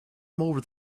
over